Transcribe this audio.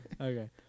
Okay